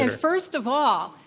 and first of all,